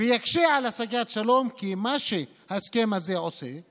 ויקשה על השגת שלום, כי מה שההסכם הזה עושה זה